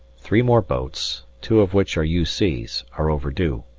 three more boats, two of which are u c s, are overdue.